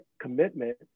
commitment